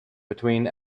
between